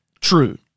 True